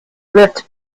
lived